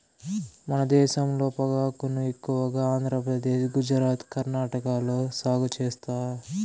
మన దేశంలో పొగాకును ఎక్కువగా ఆంధ్రప్రదేశ్, గుజరాత్, కర్ణాటక లో సాగు చేత్తారు